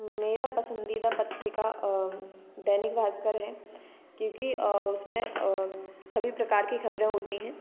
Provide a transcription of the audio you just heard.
मेरा पसंदीदा पत्रिका दैनिक भास्कर है क्योंकि उसमें सभी प्रकार की खबरें होती हैं